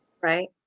Right